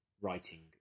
writing